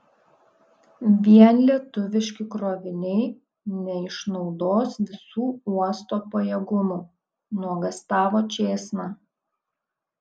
vien lietuviški kroviniai neišnaudos visų uosto pajėgumų nuogąstavo čėsna